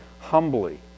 humbly